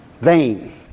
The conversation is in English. vain